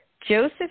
Joseph